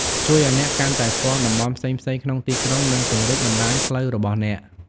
ជួយឱ្យអ្នកកាន់តែស្គាល់តំបន់ផ្សេងៗក្នុងទីក្រុង និងពង្រីកបណ្ដាញផ្លូវរបស់អ្នក។